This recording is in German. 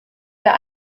der